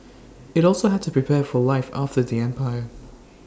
IT also had to prepare for life after the empire